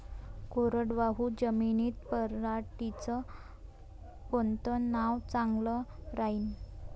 कोरडवाहू जमीनीत पऱ्हाटीचं कोनतं वान चांगलं रायीन?